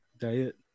diet